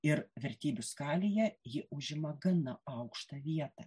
ir vertybių skalėje ji užima gana aukštą vietą